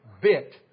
bit